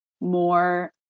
more